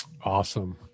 Awesome